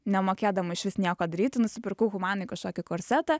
nemokėdama išvis nieko daryti nusipirkau humanoj kažkokį korsetą